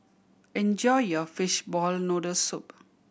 enjoy your fishball noodle soup